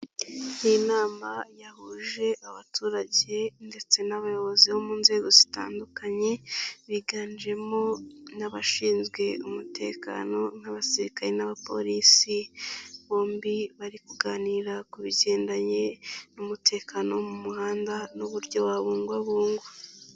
Inama yahuje abaturage ndetse n'abayobozi bo mu nzego zitandukanye biganjemo n'abashinzwe umutekano nk'abasirikare n'abapolisi, bombi bari kuganira ku bigendanye n'umutekano wo mu muhanda n'uburyo wabungwabungwa.